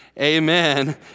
amen